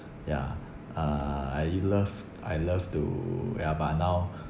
yeah uh I loved I loved to ya but now